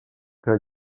que